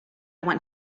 want